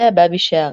קטע בא בשעריו,